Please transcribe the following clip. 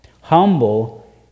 humble